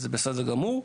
וזה בסדר גמור.